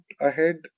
ahead